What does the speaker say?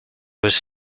was